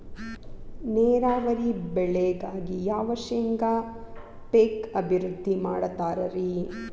ನೇರಾವರಿ ಬೆಳೆಗಾಗಿ ಯಾವ ಶೇಂಗಾ ಪೇಕ್ ಅಭಿವೃದ್ಧಿ ಮಾಡತಾರ ರಿ?